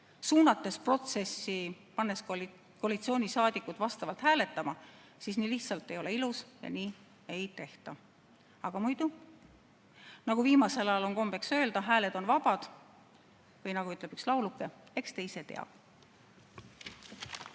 suunates protsessi, pannes koalitsiooni saadikud vastavalt hääletama, siis nii lihtsalt ei ole ilus. Nii ei tehta! Aga muidu, nagu viimasel ajal on kombeks öelda, hääled on vabad, või nagu ütleb üks lauluke: eks te ise tea.